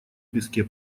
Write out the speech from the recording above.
песке